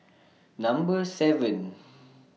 Number seven